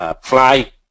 fly